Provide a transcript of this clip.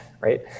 right